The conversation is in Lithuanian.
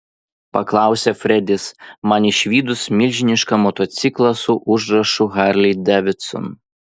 paklausė fredis man išvydus milžinišką motociklą su užrašu harley davidson